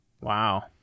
Wow